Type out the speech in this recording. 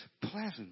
pleasant